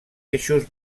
eixos